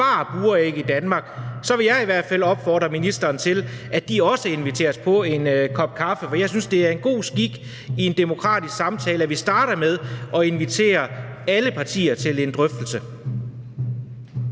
for at bevare buræg i Danmark, så vil jeg i hvert fald opfordre ministeren til, at de også inviteres på en kop kaffe, for jeg synes, det er en god skik i en demokratisk samtale, at vi starter med at invitere alle partier til en drøftelse.